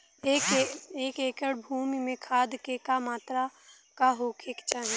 एक एकड़ भूमि में खाद के का मात्रा का होखे के चाही?